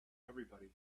everybody